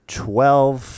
twelve